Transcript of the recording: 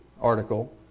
article